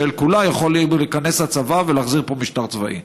שאל כולה יכול להיכנס הצבא ולהחזיר פה משטר צבאי.